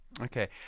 Okay